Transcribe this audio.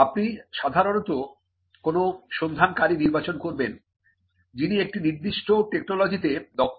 আপনি সাধারণত কোন সন্ধানকারী নির্বাচন করবেন যিনি একটি নির্দিষ্ট টেকনোলজিতে দক্ষ